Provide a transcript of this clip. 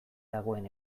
dagoen